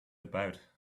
about